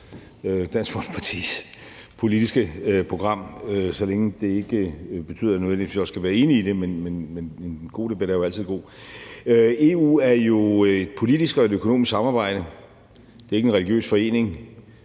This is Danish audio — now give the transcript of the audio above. Dansk Folkepartis politiske program, så længe det ikke betyder, at jeg nødvendigvis også skal være enig i det. Men en god debat er jo altid god. EU er jo et politisk og et økonomisk samarbejde. Det er ikke en religiøs forening.